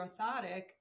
orthotic